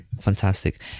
Fantastic